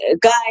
guys